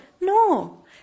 No